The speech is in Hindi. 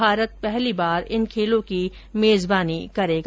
भारत पहली बार इन खेलों की मेजबानी करेगा